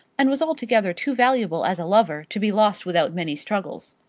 and was altogether too valuable as a lover to be lost without many struggles.